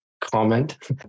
comment